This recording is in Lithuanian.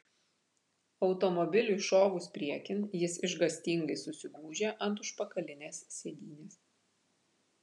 automobiliui šovus priekin jis išgąstingai susigūžė ant užpakalinės sėdynės